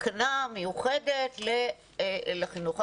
תקנה מיוחדת לחינוך?